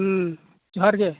ᱦᱮᱸ ᱡᱚᱦᱟᱨ ᱜᱮ